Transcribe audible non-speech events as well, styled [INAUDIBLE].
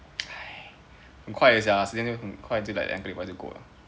[BREATH] 很快的 sia 时间很快就 like end 就过